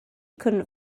couldn’t